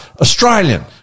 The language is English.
Australian